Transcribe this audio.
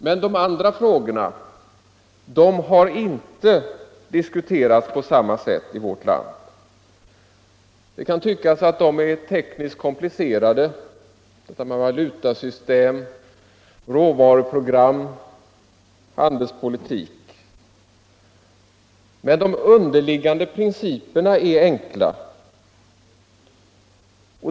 Men de andra frågorna har dock inte diskuterats på samma sätt i vårt misk världsordning land. Det kan tyckas att de är tekniskt komplicerade — valutasystem, råvaruprogram och handelspolitik — men de underliggande principerna är enkla.